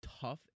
tough